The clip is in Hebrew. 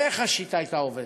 הרי איך השיטה הייתה עובדת?